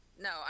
No